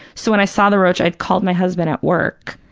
so when i saw the roach, i called my husband at work,